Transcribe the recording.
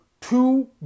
Two